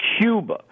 Cuba